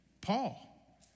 Paul